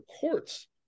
courts